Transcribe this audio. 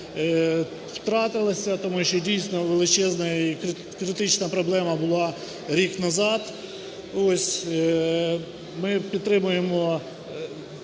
втратилася, тому що дійсно величезна критична проблема була рік назад, ми підтримуємо